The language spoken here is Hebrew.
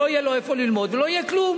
לא יהיה לו איפה ללמוד ולא יהיה כלום.